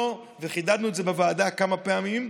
וחידדנו את זה בוועדה כמה פעמים,